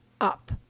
up